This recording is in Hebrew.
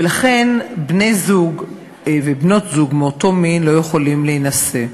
ולכן בני-זוג ובנות-זוג מאותו מין לא יכולים להינשא.